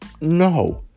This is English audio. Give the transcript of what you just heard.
No